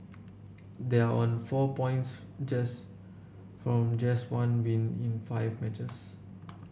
they are on four points just from just one win in five matches